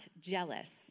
jealous